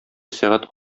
сәгать